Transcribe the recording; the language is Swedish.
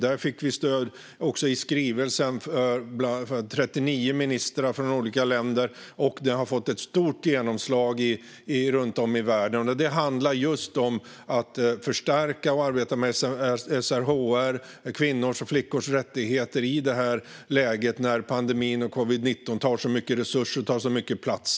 Vi fick i skrivelsen stöd från 39 ministrar från olika länder, och skrivelsen har fått ett stort genomslag runt om i världen. Skrivelsen handlar om just att förstärka och arbeta med SRHR-frågor och kvinnors och flickors rättigheter i detta läge när pandemin och covid-19 tar så mycket resurser och så mycket plats.